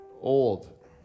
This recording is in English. Old